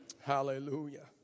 Hallelujah